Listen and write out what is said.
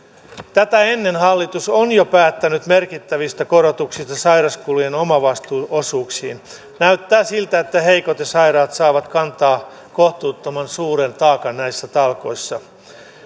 tätä ennen hallitus on jo päättänyt merkittävistä korotuksista sairauskulujen omavastuuosuuksiin näyttää siltä että heikot ja sairaat saavat kantaa kohtuuttoman suuren taakan näissä talkoissa